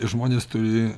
žmonės turi